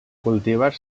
cultivar